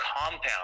compound